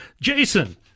Jason